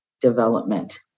development